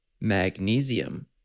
magnesium